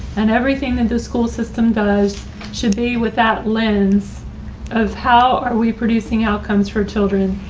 and everything that the school system does should be with that lens of how are we producing outcomes for children.